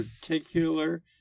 particular